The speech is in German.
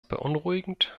beunruhigend